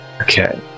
Okay